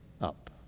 up